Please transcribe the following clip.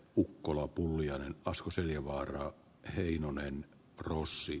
ukkola pulliainen asko seljavaara heinonen rossi